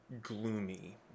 gloomy